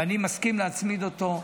ואני מסכים להצמיד אותו,